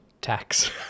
tax